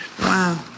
Wow